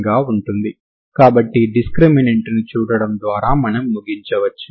ug కాబట్టి g ఒకసారి differentiable అయితే సరిపోతుంది